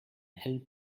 hellen